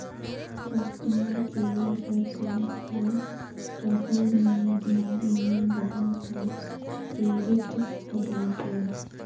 customer care पर call कर राहुल ने अपना ईमेल बता कर क्रेडिट पता किया